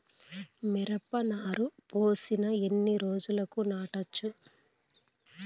మిరప నారు పోసిన ఎన్ని రోజులకు నాటచ్చు?